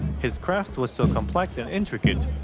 his craft was so complex and intricate,